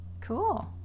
cool